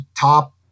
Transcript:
top